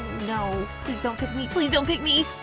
no, please don't pick me, please don't pick me!